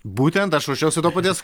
būtent aš ruošiausi to paties